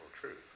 truth